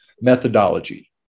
methodology